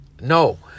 No